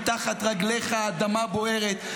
מתחת רגליך האדמה בוערת.